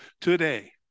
today